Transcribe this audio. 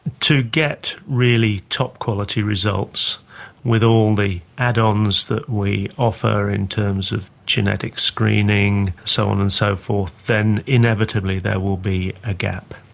to get really top-quality results with all the add-ons that we offer in terms of genetic screening, so on and so forth, then inevitably there will be a gap.